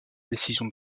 décision